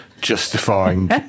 justifying